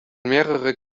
mehrere